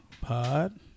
Pod